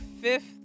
fifth